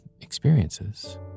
experiences